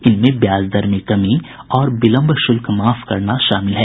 इनमें ब्याज दर में कमी और विलम्ब शुल्क माफ करना शामिल हैं